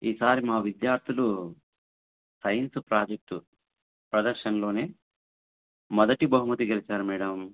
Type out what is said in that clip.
ఈసారి మా విద్యార్థులు సైన్స్ ప్రాజెక్టు ప్రదర్శనలో మొదటి బహుమతి గెలిచారు మేడం